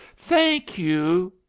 thank you!